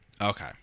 Okay